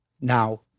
Now